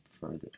further